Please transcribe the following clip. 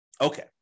Okay